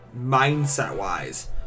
mindset-wise